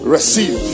Receive